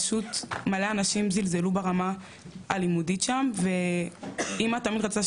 פשוט מלא אנשים זלזלו ברמה הלימודית שם ואמא תמיד רצתה